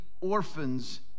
orphans